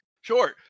Sure